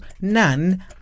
none